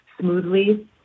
smoothly